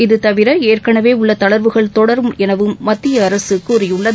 இதுதவிர ஏற்கனவே உள்ள தளர்வுகள் தொடரும் எனவும் மத்திய அரசு கூறியுள்ளது